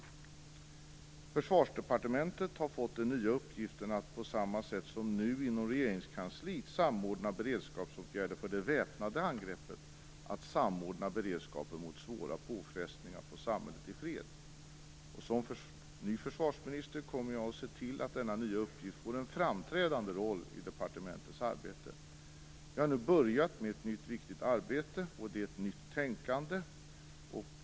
Försvarsdepartementet har fått den nya uppgiften att på samma sätt som det är nu inom Regeringskansliet samordna beredskapsåtgärder för det väpnade angreppet och att samordna beredskapen mot svåra påfrestningar på samhället i fred. Som ny försvarsminister kommer jag att se till att denna nya uppgift får en framträdande roll i departementets arbete. Jag har nu börjat ett nytt arbete med ett nytt tänkande.